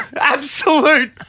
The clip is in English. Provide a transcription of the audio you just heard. absolute